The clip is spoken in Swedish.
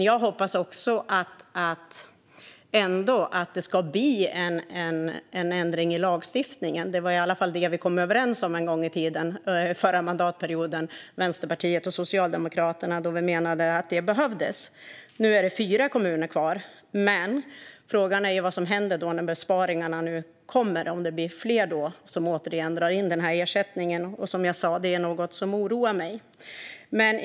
Jag hoppas ändå att det ska bli en ändring i lagstiftningen. Det var i alla fall det som Vänsterpartiet och Socialdemokraterna kom överens om förra mandatperioden, då vi menade att det behövdes. Nu är det fyra kommuner kvar, men frågan är vad som händer när besparingarna nu kommer. Kanske blir det fler som då återigen drar in ersättningen. Som jag sa är detta något som oroar mig.